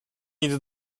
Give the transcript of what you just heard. nic